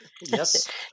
Yes